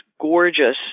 gorgeous